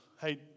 Hey